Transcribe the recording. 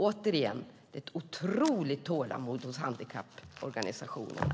Återigen: Det är ett otroligt tålamod hos handikapporganisationerna.